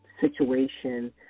situation